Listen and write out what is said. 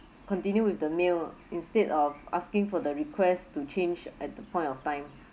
continue with the meal ah instead of asking for the request to change at the point of time